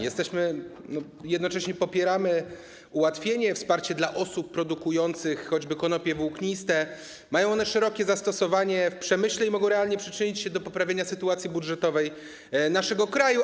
Jednocześnie popieramy ułatwienie, wsparcie dla osób produkujących choćby konopie włókniste, gdyż mają one szerokie zastosowanie w przemyśle i mogą realnie przyczynić się do poprawienia sytuacji budżetowej naszego kraju.